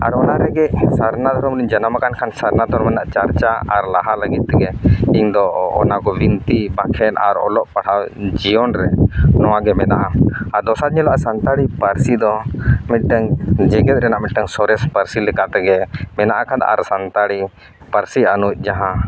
ᱟᱨ ᱚᱱᱟ ᱨᱮᱜᱮ ᱥᱟᱨᱱᱟ ᱫᱷᱚᱨᱚᱢ ᱡᱟᱱᱟᱢ ᱟᱠᱟᱱ ᱠᱷᱟᱱ ᱥᱟᱨᱱᱟ ᱫᱷᱚᱨᱚᱢ ᱨᱮᱱᱟᱜ ᱪᱟᱨᱪᱟ ᱟᱨ ᱞᱟᱦᱟ ᱞᱟᱹᱜᱤᱫ ᱛᱮᱜᱮ ᱤᱧᱫᱚ ᱚᱱᱟᱠᱚ ᱵᱤᱱᱛᱤ ᱵᱟᱠᱷᱮᱬ ᱟᱨ ᱚᱞᱚᱜ ᱯᱟᱲᱦᱟᱣ ᱡᱤᱭᱚᱱᱨᱮ ᱱᱚᱣᱟᱜᱮ ᱢᱮᱱᱟᱜᱼᱟ ᱟᱨ ᱫᱚᱥᱟᱨ ᱧᱮᱞᱚᱜᱼᱟ ᱥᱟᱱᱛᱟᱲᱤ ᱯᱟᱹᱨᱥᱤ ᱫᱚ ᱢᱤᱫᱴᱟᱝ ᱡᱮᱜᱮᱫ ᱨᱮᱱᱟᱜ ᱢᱤᱫᱴᱟᱝ ᱥᱚᱨᱮᱥ ᱯᱟᱹᱨᱥᱤ ᱞᱮᱠᱟ ᱛᱮᱜᱮ ᱢᱮᱱᱟᱜ ᱟᱠᱟᱫᱟ ᱟᱨ ᱥᱟᱱᱛᱟᱲᱤ ᱯᱟᱹᱨᱥᱤ ᱟᱹᱱᱩᱡ ᱡᱟᱦᱟᱸ